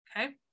Okay